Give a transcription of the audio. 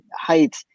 height